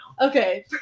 Okay